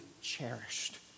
cherished